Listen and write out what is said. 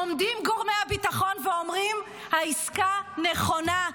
עומדים גורמי הביטחון ואומרים: העסקה נכונה,